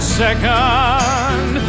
second